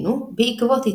זכר למקדש